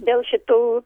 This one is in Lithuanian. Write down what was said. dėl šitų